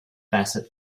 bassett